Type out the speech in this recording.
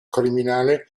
criminale